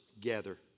gather